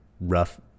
rough